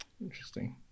Interesting